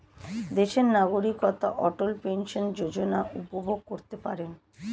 দেশের নাগরিকরা অটল পেনশন যোজনা উপভোগ করতে পারেন